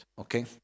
Okay